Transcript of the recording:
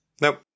Nope